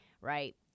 right